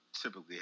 typically